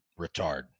retard